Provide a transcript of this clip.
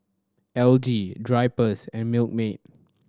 L G Drypers and Milkmaid